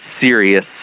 serious